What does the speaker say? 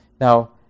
Now